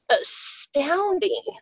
astounding